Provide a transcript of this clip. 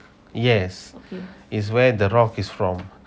yes is where the rock is from